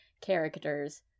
characters